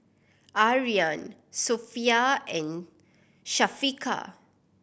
Aryan Sofea and Syafiqah